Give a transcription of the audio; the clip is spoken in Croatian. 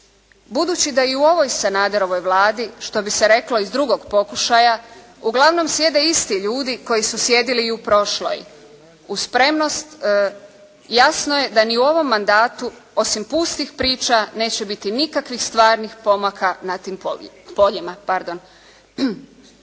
Budući da i u ovoj Sanaderovoj Vladi što bi se reklo iz drugog pokušaja uglavnom sjede isti ljudi koji su sjedili i u prošloj uz spremnost jasno je da ni u ovom mandatu osim pustih priča neće biti nikakvih stvarnih pomaka na tim poljima.